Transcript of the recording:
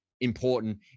important